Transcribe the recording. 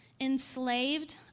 enslaved